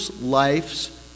life's